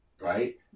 right